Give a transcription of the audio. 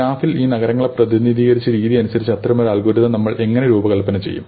ഗ്രാഫിൽ ഈ നഗരങ്ങളെ പ്രതിനിധീകരിച്ച രീതി അനുസരിച്ച് അത്തരമൊരു അൽഗോരിതം നമ്മൾ എങ്ങനെ രൂപകൽപ്പന ചെയ്യും